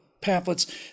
pamphlets